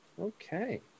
okay